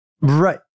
Right